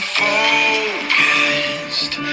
focused